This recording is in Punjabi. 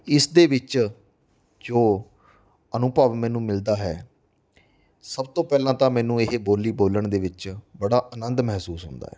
ਇਸ ਦੇ ਵਿੱਚ ਜੋ ਅਨੁਭਵ ਮੈਨੂੰ ਮਿਲਦਾ ਹੈ ਸਭ ਤੋਂ ਪਹਿਲਾਂ ਤਾਂ ਮੈਨੂੰ ਇਹ ਬੋਲੀ ਬੋਲਣ ਦੇ ਵਿੱਚ ਬੜਾ ਆਨੰਦ ਮਹਿਸੂਸ ਹੁੰਦਾ ਹੈ